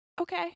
Okay